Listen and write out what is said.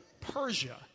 Persia